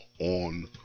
on